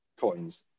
coins